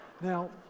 Now